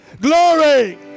glory